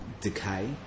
decay